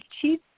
chief